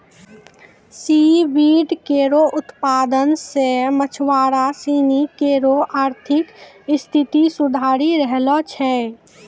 C weed केरो उत्पादन सें मछुआरा सिनी केरो आर्थिक स्थिति सुधरी रहलो छै